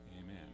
amen